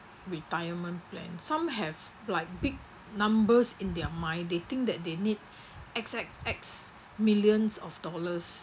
retirement plan some have like big numbers in their mind they think that they need X X X millions of dollars